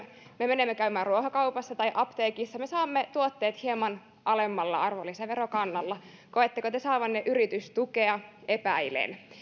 me menemme käymään ruokakaupassa tai apteekissa me saamme tuotteet hieman alemmalla arvonlisäverokannalla koetteko te saavanne yritystukea epäilen